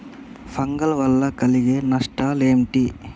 Fungal వల్ల కలిగే నష్టలేంటి?